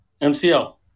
MCL